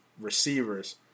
receivers